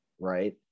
right